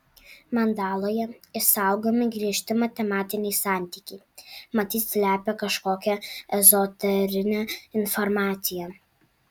mandaloje išsaugomi griežti matematiniai santykiai matyt slepia kažkokią ezoterinę informaciją